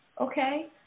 okay